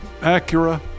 Acura